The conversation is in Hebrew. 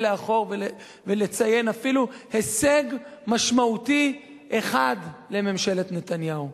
לאחור ולציין אפילו הישג משמעותי אחד לממשלת נתניהו.